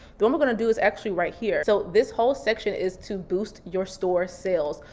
the one we're gonna do is actually right here. so this whole section is to boost your store sales.